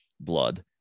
blood